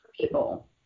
people